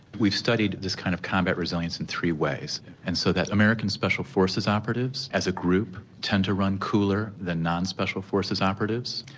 we've studied this kind of combat resilience in three ways and so that american special forces operatives as a group tend to run cooler that non-special forces operatives.